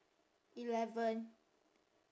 eleven